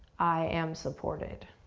i am supported.